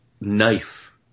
knife